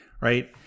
Right